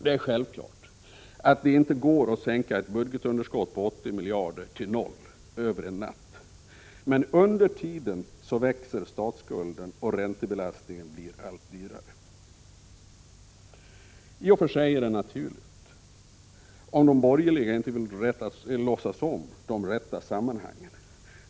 Det är självklart att det inte går att över en natt sänka ett underskott på 80 miljarder till 0. Men under tiden växer statsskulden, och räntebelastningen blir allt drygare. I och för sig är det naturligt om de borgerliga inte vill låtsas om de rätta sammanhangen.